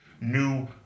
new